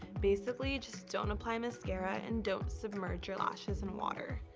basically just don't apply mascara and don't submerge your lashes in water.